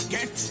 Get